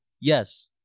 Yes